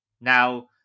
now